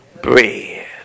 bread